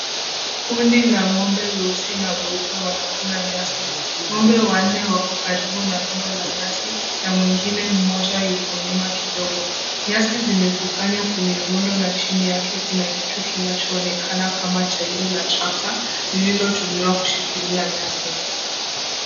Kundi la ng'ombe weusi na weupe wanakula nyasi. Ng'ombe wanne wako karibu na rundo la nyasi na mwingine mmoja yuko nyuma kidogo. Nyasi zimekusanywa kwenye rundo na chini yake kuna kitu kinaachoonekana kama tairi la trakta lililotumiwa kushikikilia nyasi.